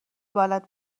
بلد